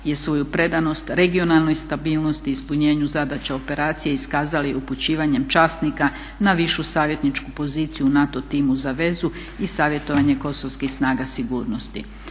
je svoju predanost regionalnoj stabilnosti i ispunjenju zadaća operacije iskazala upućivanjem časnika na višu savjetničku poziciju u NATO timu za vezu i savjetovanje kosovskih snaga sigurnosti.